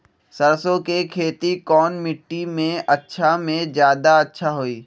सरसो के खेती कौन मिट्टी मे अच्छा मे जादा अच्छा होइ?